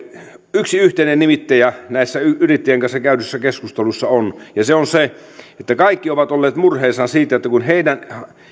yksi yhteinen nimittäjä näissä yrittäjien kanssa käydyissä keskusteluissa on ja se on se että kaikki ovat olleet murheissaan siitä että kun kun heidän